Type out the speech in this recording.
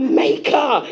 maker